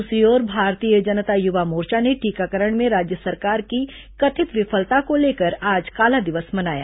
दूसरी ओर भारतीय जनता युवा मोर्चा ने टीकाकरण में राज्य सरकार की कथित विफलता को लेकर आज काला दिवस मनाया